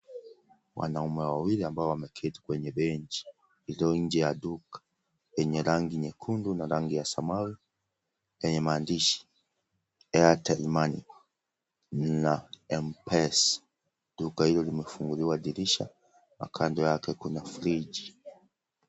Wanaume wawili ambaowameketi kwenye benchi, iliyo nje ya duka, yenye rangi nyekundu na rangi ya samawi, yenye maandishi, airtel money na mpesa, duka hilo limefunguliwa dirisha, nakando yake kuna friji.